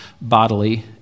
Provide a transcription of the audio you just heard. bodily